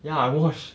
ya watch